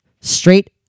straight